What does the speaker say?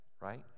right